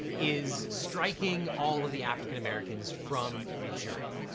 is striking all of the african americans from the jury.